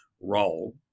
role